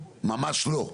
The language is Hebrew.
ממש לא,